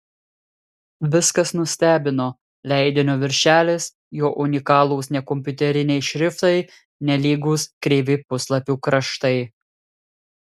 viskas nustebino leidinio viršelis jo unikalūs nekompiuteriniai šriftai nelygūs kreivi puslapių kraštai